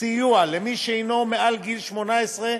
סיוע אף למי שהנו מעל גיל 18,